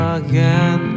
again